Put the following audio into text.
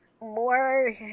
more